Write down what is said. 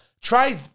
try